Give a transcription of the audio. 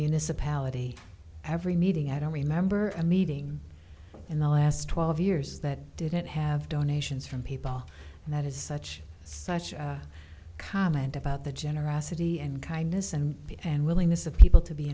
municipality every meeting i don't remember a meeting in the last twelve years that didn't have donations from people and that is such such a comment about the generosity and kindness and and willingness of people to be